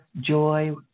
joy